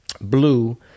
Blue